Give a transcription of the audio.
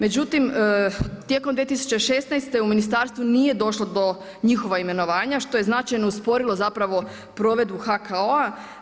Međutim, tijekom 2016. u ministarstvu nije došlo do njihova imenovanja što je značajno usporilo zapravo provedbu HKO-a.